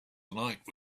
night